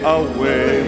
away